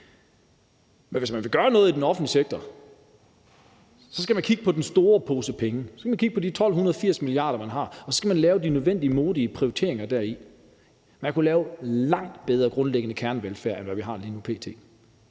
Men hvis man vil gøre noget i den offentlige sektor, skal man kigge på den store pose penge. Man skal kigge på de omkring 1.280 mia. kr., som man har, og så skal man lave de nødvendige og modige prioriteringer af dem. Man kunne lave en langt bedre grundlæggende kernevelfærd, end hvad vi har p.t. Der er